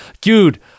dude